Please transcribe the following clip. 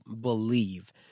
believe